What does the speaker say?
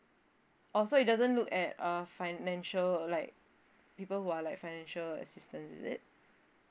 oh so it doesn't look at uh financial like people who are like financial assistance is it